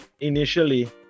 Initially